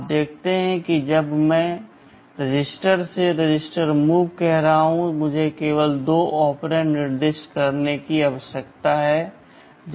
आप देखते हैं कि जब मैं रजिस्टर से रजिस्टर मूव कह रहा हूं मुझे केवल दो ऑपरेंड निर्दिष्ट करने की आवश्यकता है